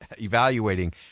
evaluating